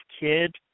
kid